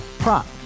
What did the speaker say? Prop